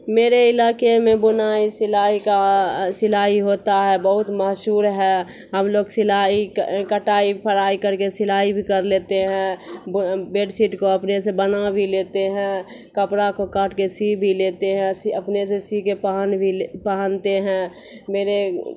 میرے علاقے میں بنائی سلائی کا سلائی ہوتا ہے بہت مشہور ہے ہم لوگ سلائی کٹائی پھرائی کر کے سلائی بھی کر لیتے ہیں بیڈ شیٹ کو اپنے سے بنا بھی لیتے ہیں کپڑا کو کاٹ کے سی بھی لیتے ہیں سی اپنے سے سی کے پہن بھی پہنتے ہیں میرے